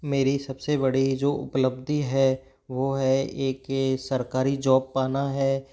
मेरी सबसे बड़ी जो उपलब्धि है वो है एक सरकारी जॉब पाना है